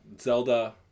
Zelda